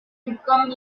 become